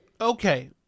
Okay